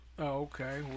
Okay